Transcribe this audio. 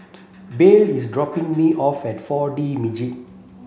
Beryl is dropping me off at four D Magix